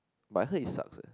but I heard it sucks eh